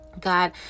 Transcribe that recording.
god